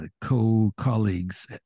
co-colleagues